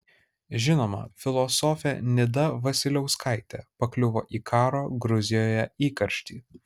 žinoma filosofė nida vasiliauskaitė pakliuvo į karo gruzijoje įkarštį